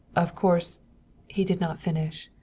of course he did not finish.